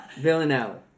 Villanelle